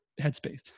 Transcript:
headspace